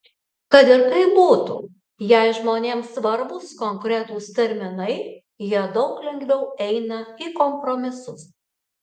kad ir kaip būtų jei žmonėms svarbūs konkretūs terminai jie daug lengviau eina į kompromisus